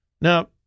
Now